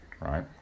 right